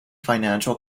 financial